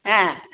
ஆ